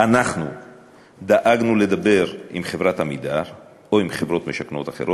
אנחנו דאגנו לדבר עם חברת "עמידר" או עם חברות משכנות אחרות,